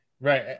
Right